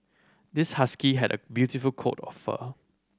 this husky had a beautiful coat of fur